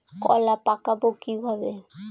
কলা পাকাবো কিভাবে?